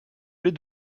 lait